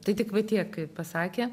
tai tik va tiek pasakė